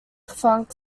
funk